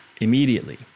immediately